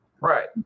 Right